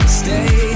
stay